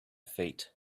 feet